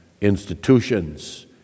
institutions